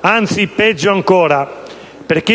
Anzi, peggio ancora: